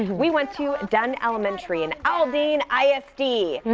we went to dunn elementary in aldine i s d,